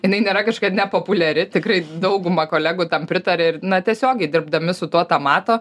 jinai nėra kažkokia nepopuliari tikrai dauguma kolegų tam pritaria ir na tiesiogiai dirbdami su tuo tą mato